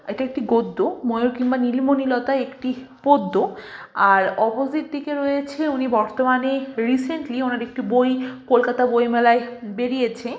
এটা একটি গদ্য ময়ূর কিংবা নীলমণি লতা একটি পদ্য আর অপোসিট দিকে রয়েছে উনি বর্তমানে রিসেন্টলি ওনার একটি বই কলকাতা বইমেলায় বেরিয়েছে